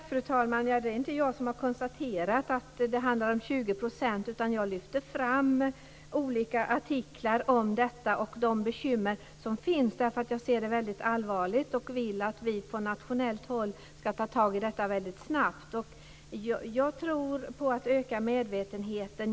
Fru talman! Det är inte jag som har konstaterat att det handlar om 20 %. Jag lyfte fram olika artiklar om detta och om de bekymmer som finns. Jag ser detta som mycket allvarligt och vill att vi från nationellt håll ska ta tag i det väldigt snabbt. Jag tror på att öka medvetenheten.